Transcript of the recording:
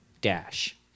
dash